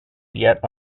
yet